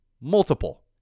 multiple